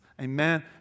Amen